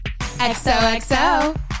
XOXO